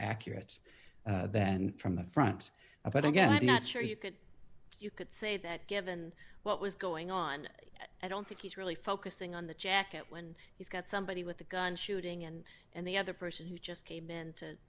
accurate then from the front a but again i'm not sure you could you could say that given what was going on i don't think he's really focusing on the jacket when he's got somebody with a gun shooting and and the other person who just came in to